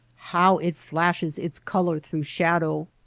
how it flashes its color through shadow,